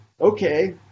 Okay